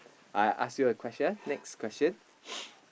I ask you a question next question